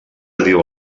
diu